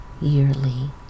yearly